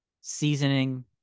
Seasoning